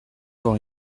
avoir